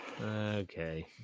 okay